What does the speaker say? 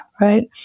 right